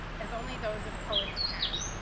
as only those of poets can.